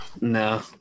No